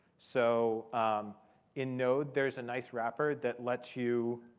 so in node, there's a nice wrapper that lets you